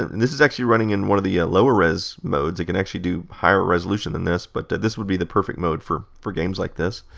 and and this is actually running in one of the lower res modes. it can actually do higher resolution than this. but this would be the perfect mode for for games like this.